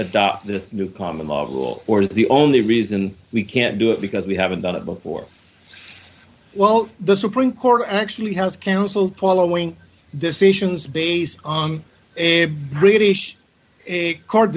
adopt the new poem or rule or the only reason we can't do it because we haven't done it before well the supreme court actually has council following decisions based on a british court